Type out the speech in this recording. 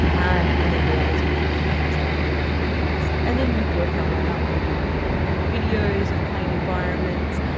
and and then be able to manage the anxiety that that brings. and then we'd work our way up, maybe looking at at videos of plane environments.